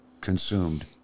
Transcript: consumed